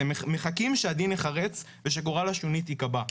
אתם מחכים שהדין ייחרץ ושגורל השונית ייקבע.